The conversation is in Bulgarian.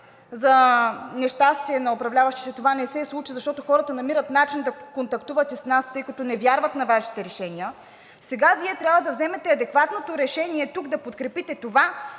за нещастие на управляващите това не се случи, защото хората намират начин да контактуват и с нас, тъй като не вярват на Вашите решения, сега Вие трябва да вземете адекватното решение тук да подкрепите това.